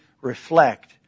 reflect